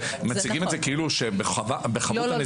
מציגים את זה כאילו זה בחבות הנזיקין.